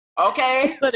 Okay